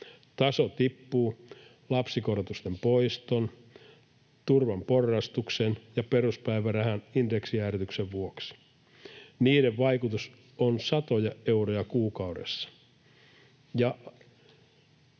Taso tippuu lapsikorotusten poiston, turvan porrastuksen ja peruspäivärahan indeksijäädytyksen vuoksi. Niiden vaikutus on satoja euroja kuukaudessa,